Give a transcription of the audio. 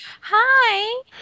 Hi